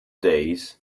days